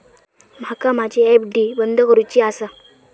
माका माझी एफ.डी बंद करुची आसा